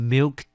Milk